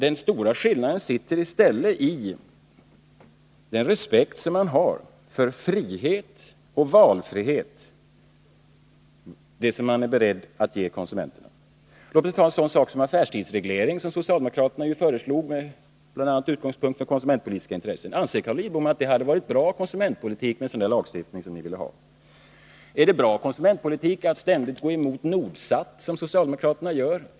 Den stora skillnaden sitter i stället i den respekt som man har för frihet och valfrihet — det som man är beredd att ge konsumenterna. Låt mig ta en sådan sak som affärstidsreglering, som socialdemokraterna föreslog bl.a. med utgångspunkt från konsumentpolitiska intressen. Anser Carl Lidbom att det hade varit bra konsumentpolitik med en sådan lagstiftning som ni ville ha? Är det bra konsumentpolitik att ständigt gå emot Nordsat, som socialdemokraterna gör?